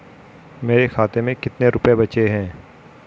मेरे खाते में कितने रुपये बचे हैं?